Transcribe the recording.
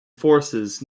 forces